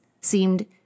seemed